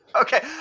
Okay